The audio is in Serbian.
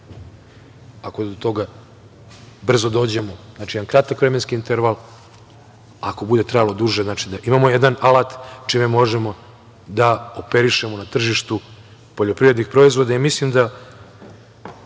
ako do toga brzo dođemo. Znači, jedan kratak vremenski interval. Ako bude trajalo duže, znači da imamo jedan alat čime možemo da operišemo na tržištu poljoprivrednih proizvoda. Mislim da